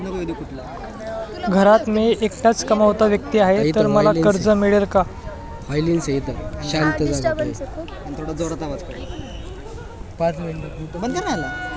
घरात मी एकटाच कमावता व्यक्ती आहे तर मला कर्ज मिळेल का?